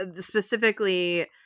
specifically